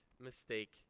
mistake